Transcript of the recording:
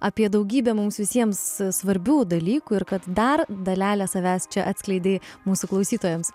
apie daugybę mums visiems svarbių dalykų ir kad dar dalelę savęs čia atskleidei mūsų klausytojams